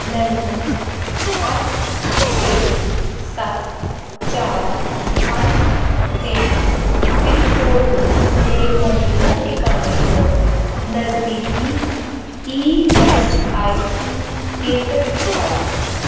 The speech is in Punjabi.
ਮੈਨੂੰ ਅੱਠ ਛੇ ਸੱਤ ਚਾਰ ਪੰਜ ਤਿੰਨ ਪਿੰਨਕੋਡ ਵਿੱਚ ਮੇਰੇ ਮੌਜੂਦਾ ਟਿਕਾਣੇ ਤੋਂ ਨਜ਼ਦੀਕੀ ਈ ਐਸ ਆਈ ਸੀ ਕੇਂਦਰ ਦਿਖਾਓ